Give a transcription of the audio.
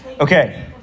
Okay